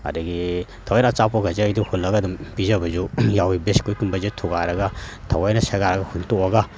ꯑꯗꯒꯤ ꯊꯑꯣꯏꯅ ꯑꯆꯥꯄꯣꯠ ꯀꯥꯁꯦ ꯑꯩꯗꯤ ꯍꯨꯜꯂꯒ ꯑꯗꯨꯝ ꯄꯤꯖꯕꯁꯨ ꯌꯥꯎꯋꯤ ꯕꯤꯁꯀꯨꯠꯀꯨꯝꯕꯁꯦ ꯊꯨꯒꯥꯏꯔꯒ ꯊꯑꯣꯏꯅ ꯁꯦꯒꯥꯏꯔꯒ ꯍꯨꯟꯇꯣꯛꯑꯒ